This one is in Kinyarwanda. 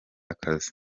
akazi